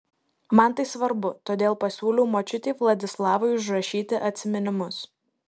man tai svarbu todėl pasiūliau močiutei vladislavai užrašyti atsiminimus